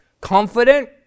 confident